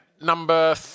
number